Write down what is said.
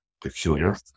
peculiar